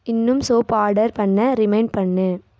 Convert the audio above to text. இன்னும் soap order பண்ண remind பண்ணு